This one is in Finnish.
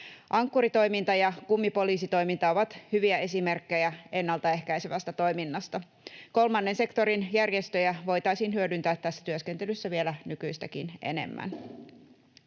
Ankkuri-toiminta ja kummipoliisitoiminta ovat hyviä esimerkkejä ennalta ehkäisevästä toiminnasta. Kolmannen sektorin järjestöjä voitaisiin hyödyntää tässä työskentelyssä vielä nykyistäkin enemmän.